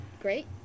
Great